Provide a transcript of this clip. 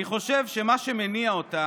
"אני חושב שמה שמניע אותה,